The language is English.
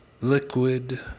liquid